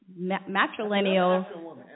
matrilineal